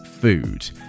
food